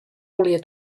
volia